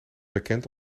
bekend